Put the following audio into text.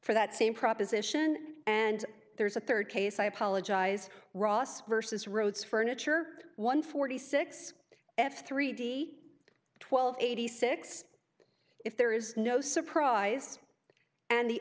for that same proposition and there's a third case i apologize ross versus rhodes furniture one forty six f three d twelve eighty six if there is no surprise and the